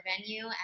venue